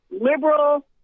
liberal